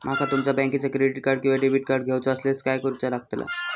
माका तुमच्या बँकेचा क्रेडिट कार्ड किंवा डेबिट कार्ड घेऊचा असल्यास काय करूचा लागताला?